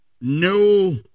no